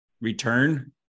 return